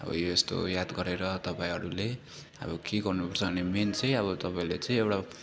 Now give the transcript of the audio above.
अब यो यस्तो याद गरेर तपाईँहरूले अब के गर्नुपर्छ भन्ने मेन चाहिँ अब तपाईँले चाहिँ एउटा